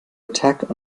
attack